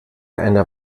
einer